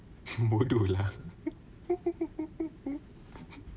won't do lah